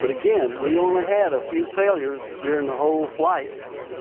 but again, we only had a few failures during the whole flight